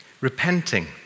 repenting